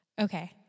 Okay